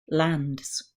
lands